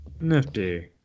Nifty